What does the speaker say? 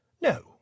No